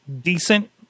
decent